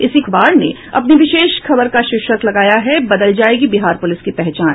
इसी अखबार ने अपनी विशेष खबर का शीर्षक लगाया है बदल जाएगी बिहार पुलिस की पहचान